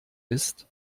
ist